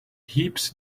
heaps